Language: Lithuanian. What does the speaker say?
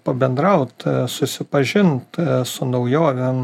pabendraut susipažint su naujovėm